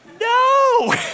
No